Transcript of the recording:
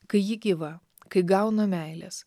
kai ji gyva kai gauna meilės